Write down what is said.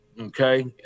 okay